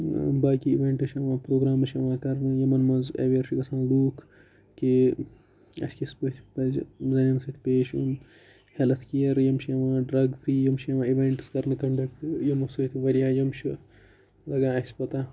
باقٕے اِوٮ۪نٛٹٕس چھِ یِوان پروگرامٕز چھِ یِوان کَرنہٕ یِمَن مَنٛز اٮ۪وِیَر چھُ گَژھان لوٗکھ کہِ اَسہِ کِس پٲٹھۍ پَزِ زَنٮ۪ن سۭتۍ پیش یُن ہیٚلٕتھ کِیر یِم چھِ یِوان ڈرٛگ فی یِم چھِ یِوان اِوٮ۪نٛٹٕس کَرنہٕ کَنڈَکٹ یِمو سۭتۍ واریاہ یِم چھِ لَگان اَسہِ پَتہ